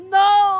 no